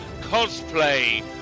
cosplay